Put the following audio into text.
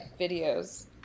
videos